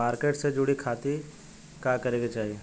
Market से जुड़े खाती का करे के चाही?